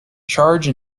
charge